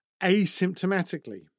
asymptomatically